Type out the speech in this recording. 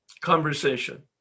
conversation